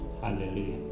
Hallelujah